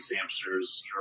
hamsters